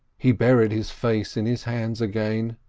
he buried his face in his hands again.